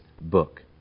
book